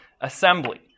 assembly